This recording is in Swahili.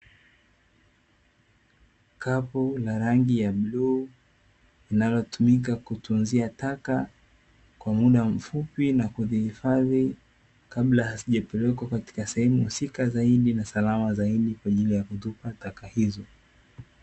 Kapu la rangi ya bluu linalotumika kutunzia taka kwa muda mfupi na kuzihifadhi kabla ya kupelekwa sehemu husika zaidi na salama zaidi kwa ajili ya kutupa taka hizo.